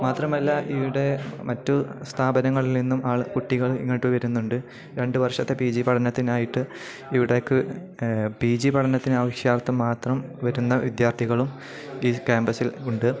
മാത്രമല്ല ഇവിടെ മറ്റു സ്ഥാപനങ്ങളിൽ നിന്നും ആൾ കുട്ടികൾ ഇങ്ങോട്ട് വരുന്നുണ്ട് രണ്ട് വർഷത്തെ പി ജി പഠനത്തിനായിട്ട് ഇവിടേക്ക് പി ജി പഠനത്തിന് ആവശ്യാർത്ഥം മാത്രം വരുന്ന വിദ്യാർത്ഥികളും ഈ ക്യാമ്പസിൽ ഉണ്ട്